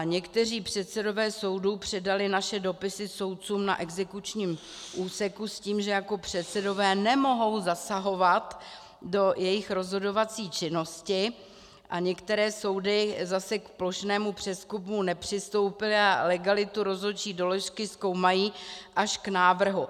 Někteří předsedové soudů předali naše dopisy soudcům na exekučním úseku, s tím, že jako předsedové nemohou zasahovat do jejich rozhodovací činnosti, a některé soudy zase k plošnému přezkumu nepřistoupily a legalitu rozhodčí doložky zkoumají až k návrhu.